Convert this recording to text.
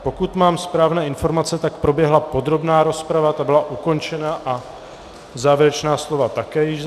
Pokud mám správné informace, tak proběhla podrobná rozprava, ta byla ukončena a závěrečná slova také již...